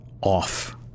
off